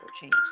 change